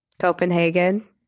Copenhagen